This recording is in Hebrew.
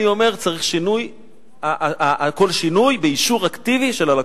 אני אומר שכל שינוי צריך אישור אקטיבי של הלקוח.